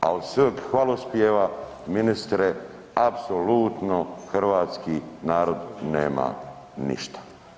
A od svih hvalospjeva, ministre, apsolutno hrvatski narod nema ništa.